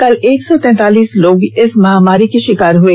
कल एक सौ तैतालीस लोग इस महामारी के शिकार हुए